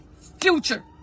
future